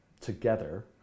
together